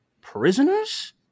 Prisoners